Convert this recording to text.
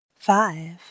Five